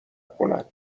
کند